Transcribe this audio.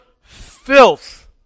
filth